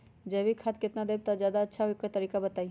जैविक खाद केतना देब त अच्छा होइ ओकर तरीका बताई?